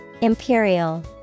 Imperial